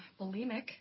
bulimic